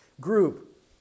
group